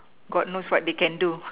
god knows what they can do